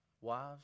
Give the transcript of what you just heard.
Wives